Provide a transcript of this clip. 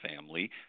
family